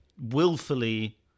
willfully